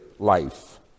life